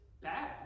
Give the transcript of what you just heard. bad